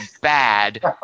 bad